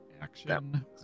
action